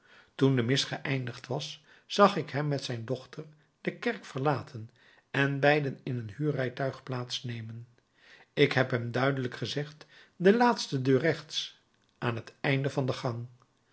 toen de mis geëindigd was zag ik hem met zijn dochter de kerk verlaten en beiden in een huurrijtuig plaats nemen ik heb hem duidelijk gezegd de laatste deur rechts aan t einde van de gang